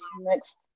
next